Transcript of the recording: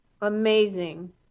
Amazing